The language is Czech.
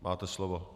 Máte slovo.